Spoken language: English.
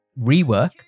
rework